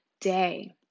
day